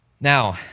Now